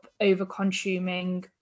over-consuming